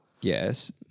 Yes